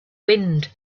wind